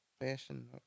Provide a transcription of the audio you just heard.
Fashion